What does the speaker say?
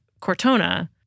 Cortona